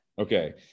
Okay